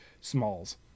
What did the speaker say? smalls